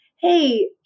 hey